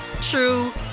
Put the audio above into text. true